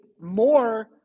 more